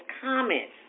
comments